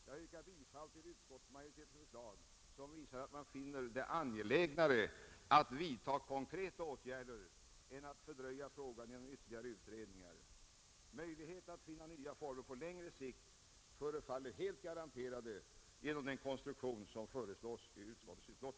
Jag yrkar bifall till utskottsmajoritetens förslag som visar att man finner det angelägnare att vidta konkreta åtgärder än att fördröja frågan genom ytterligare utredningar. Möjligheten att finna nya former på längre sikt förefaller helt garanterad genom den konstruktion som föreslås i utlåtandet.